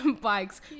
bikes